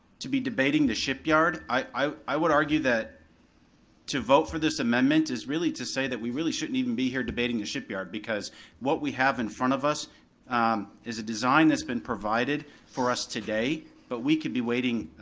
to be debating debating the shipyard, i would argue that to vote for this amendment is really to say that we really shouldn't even be here debating the shipyard, because what we have in front of us is a design that's been provided for us today, but we could be waiting,